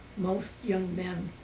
most young men